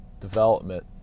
development